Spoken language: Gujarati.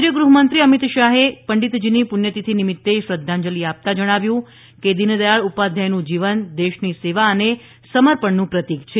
કેન્દ્રિય ગૃહમંત્રી અમિત શાહે પંડિતજીની પ્રષ્યતિથી નિમિત્ત શ્રધ્ધાંજલિ આપતા જણાવ્યું કે દિનદયાળ ઉપાધ્યાયનું જીવન દેશની સેવા અને સમર્પણનું પ્રતિક છે